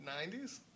90s